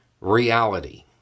reality